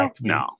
No